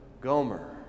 Gomer